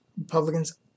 Republicans